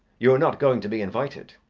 you are not going to be invited.